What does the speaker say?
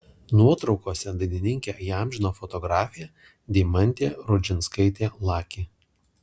nuotraukose dainininkę įamžino fotografė deimantė rudžinskaitė laki